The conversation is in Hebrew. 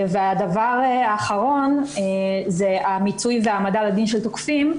הדבר האחרון זה המיצוי והעמדה לדין של תוקפים.